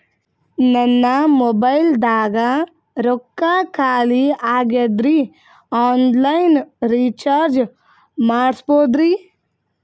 ನನ್ನ ಮೊಬೈಲದಾಗ ರೊಕ್ಕ ಖಾಲಿ ಆಗ್ಯದ್ರಿ ಆನ್ ಲೈನ್ ರೀಚಾರ್ಜ್ ಮಾಡಸ್ಬೋದ್ರಿ?